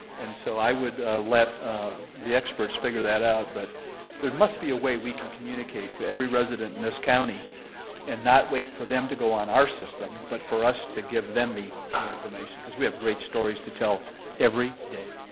and so i would let the experts figure that out. but there must be a way we can communicate to every resident in this county and not wait for them to go on our system but for us to give them the information, because we have great stories to tell every day.